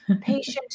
patient